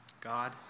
God